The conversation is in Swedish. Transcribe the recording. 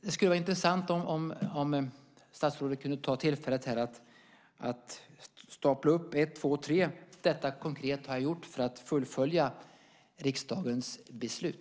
Det skulle vara intressant om statsrådet kunde ta tillfället att stapla upp detta och säga: Ett, två, tre - detta är vad jag konkret har gjort för att fullfölja riksdagens beslut.